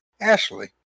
Ashley